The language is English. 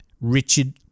Richard